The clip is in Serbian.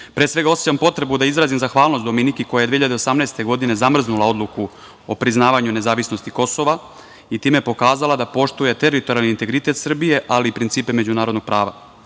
svega osećam potrebu da izrazim zahvalnost Dominiki koja je 2018. godine zamrznula Odluku o priznavanju nezavisnosti Kosova i time pokazala da poštuje teritorijalni integritet Srbije, ali i principe međunarodnog prava. Ovim